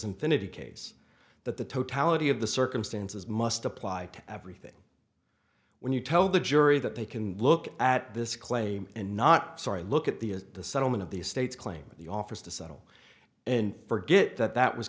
infinity case that the totality of the circumstances must apply to everything when you tell the jury that they can look at this claim and not sorry look at the as the settlement of the state's claim at the office to settle and forget that that was